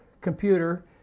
computer